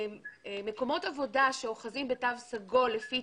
למקומות עבודה שאוחזים בתו סגול לפי